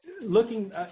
Looking